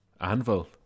anvil